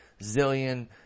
zillion